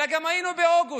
אלא גם היינו באוגוסט.